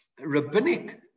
rabbinic